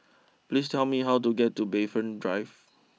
please tell me how to get to Bayfront Drive